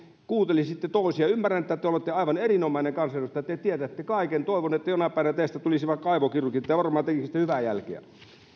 kuuntelisitte toisia ymmärrän että te te olette aivan erinomainen kansanedustaja te te tiedätte kaiken toivon että jonain päivänä teistä tulisi vaikka aivokirurgi te varmaan tekisitte hyvää jälkeä